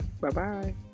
Bye-bye